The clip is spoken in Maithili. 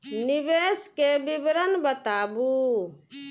निवेश के विवरण बताबू?